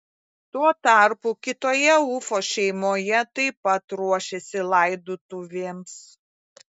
tuo tarpu kitoje ufos šeimoje taip pat ruošėsi laidotuvėms